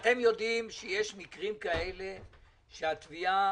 אתם יודעים שיש מקרים כאלה שאתם יודעים שהתביעה